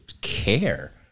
care